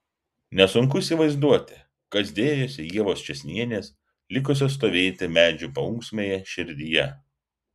nesunku įsivaizduoti kas dėjosi ievos čėsnienės likusios stovėti medžių paunksmėje širdyje